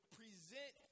present